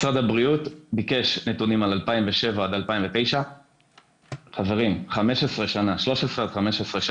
משרד הבריאות ביקש נתונים על 2007 עד 2009 - 15-13 שנה אחורה.